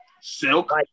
Silk